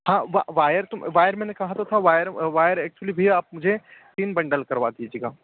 हाँ वा wire wire मैंने कहा तो था वायर वायर एक्चुअली भैया आप मुझे तीन बंडल करवा दीजिएगा